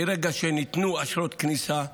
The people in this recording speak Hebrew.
מרגע שניתנו אשרות כניסה,